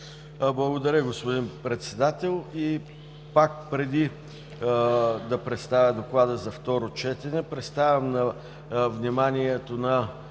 Благодаря, господин Председател. Преди да представя доклада за второ четене, представям на вниманието на